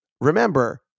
remember